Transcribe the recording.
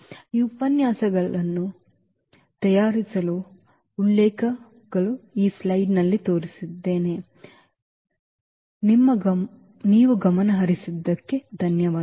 ಈ ಉಪನ್ಯಾಸಗಳನ್ನು ತಯಾರಿಸಲು ಇವುಗಳು ಉಲ್ಲೇಖಗಳಾಗಿವೆ ನೀವು ಗಮನಹರಿಸಿದ್ದಕ್ಕಾಗಿ ಧನ್ಯವಾದಗಳು